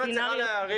אם את צריכה להעריך,